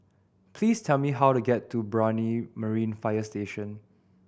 please tell me how to get to Brani Marine Fire Station